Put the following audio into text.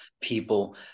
people